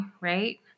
Right